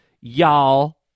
y'all